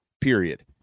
period